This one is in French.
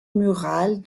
murale